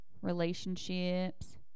Relationships